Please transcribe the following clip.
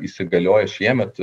įsigaliojo šiemet